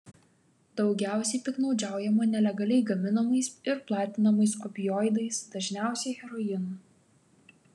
daugiausiai piktnaudžiaujama nelegaliai gaminamais ir platinamais opioidais dažniausiai heroinu